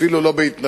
אפילו לא בהתנדבות,